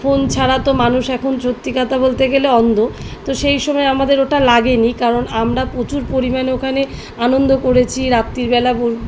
phone ছাড়া তো মানুষ এখন সত্যি কথা বলতে গেলে অন্ধ তো সেই সময় আমাদের ওটা লাগে নি কারণ আমরা প্রচুর পরিমাণ ওখানে আনন্দ করেছি রাত্রিবেলা বো